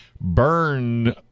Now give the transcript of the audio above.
Burn